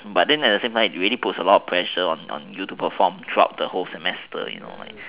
but then at the same time it really puts a lot of pressure on on you to perform throughout the semester you know like